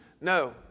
No